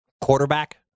quarterback